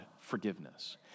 forgiveness